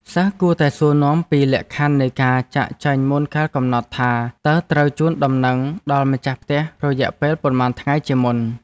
សិស្សគួរតែសួរនាំពីលក្ខខណ្ឌនៃការចាកចេញមុនកាលកំណត់ថា តើត្រូវជូនដំណឹងដល់ម្ចាស់ផ្ទះរយៈពេលប៉ុន្មានថ្ងៃជាមុន។